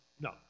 No